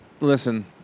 listen